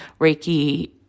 Reiki